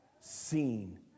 seen